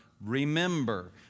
remember